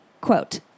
Quote